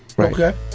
Okay